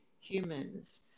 humans